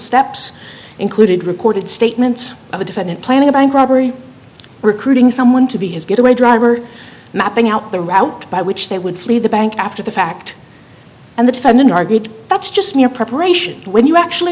steps included recorded statements of a defendant planning a bank robbery recruiting someone to be his getaway driver mapping out the route by which they would flee the bank after the fact and the defendant argued that's just mere preparation when you actually